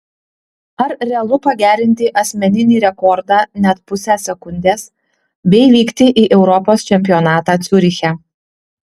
ar realu pagerinti asmeninį rekordą net pusę sekundės bei vykti į europos čempionatą ciuriche